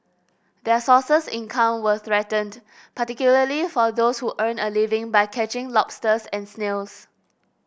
their sources income were threatened particularly for those who earn a living by catching lobsters and snails